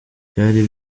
byari